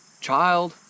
child